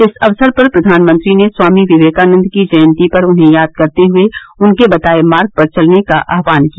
इस अवसर पर प्रधानमंत्री ने स्वामी विवेकानन्द की जयंती पर उन्हें याद करते हुये उनके बताये मार्ग पर चलने का आह्वान किया